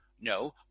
no